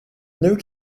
luke